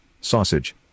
sausage